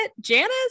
Janice